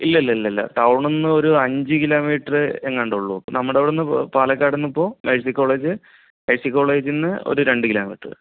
ഇല്ല ടൗണിൽ നിന്നൊരു അഞ്ച് കിലോമീറ്റർ എങ്ങാണ്ടുള്ളൂ നമ്മുടെ അവിടെനിന്ന് പാലക്കാടു നിന്നിപ്പോൾ മേഴ്സി കോളേജ് മേഴ്സി കോളേജിൽ നിന്ന് ഒരു രണ്ട് കിലോ മീറ്റർ